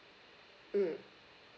mm